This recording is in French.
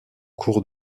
cours